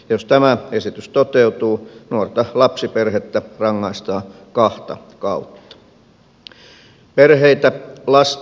jos tämä esitys toteutuu nuorta lapsiperhettä rangaistaan kahta kautta